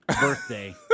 birthday